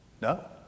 No